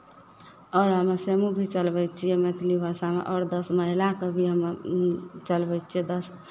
आओर हमे समूह भी चलबै छियै मैथिली भाषामे आओर दस महिलाके भी हमे चलबै छियै दस